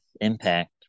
impact